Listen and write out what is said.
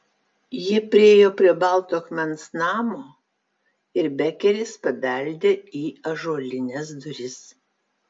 jie priėjo prie balto akmens namo ir bekeris pabeldė į ąžuolines duris